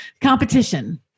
Competition